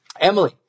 Emily